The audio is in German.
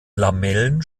lamellen